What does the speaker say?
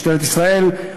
למשטרת ישראל,